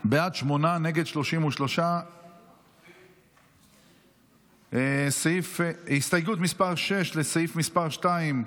שמונה, נגד, 33. הסתייגות מס' 6, לסעיף מס' 2,